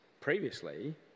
previously